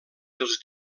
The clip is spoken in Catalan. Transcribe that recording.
dels